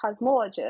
cosmologist